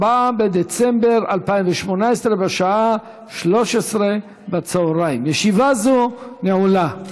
4 בדצמבר 2018, בשעה 13:00. ישיבה זו נעולה.